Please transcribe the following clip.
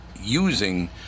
using